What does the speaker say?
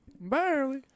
Barely